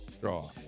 draw